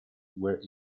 were